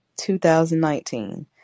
2019